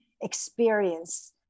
experience